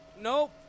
Nope